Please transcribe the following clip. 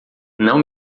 não